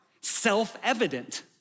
Self-evident